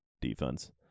defense